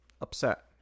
upset